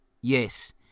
yes